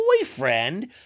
boyfriend